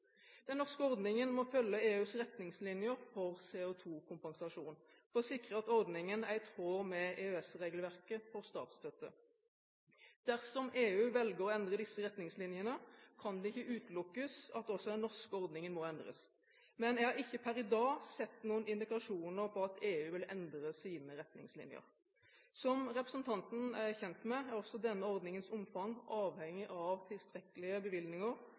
Den norske ordningen må følge EUs retningslinjer for CO2-kompensasjon for å sikre at ordningen er i tråd med EØS-regelverket for statsstøtte. Dersom EU velger å endre disse retningslinjene, kan det ikke utelukkes at også den norske ordningen må endres. Men jeg har ikke per i dag sett noen indikasjoner på at EU vil endre sine retningslinjer. Som representanten er kjent med, er også denne ordningens omfang avhengig av tilstrekkelige bevilgninger,